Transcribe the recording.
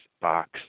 box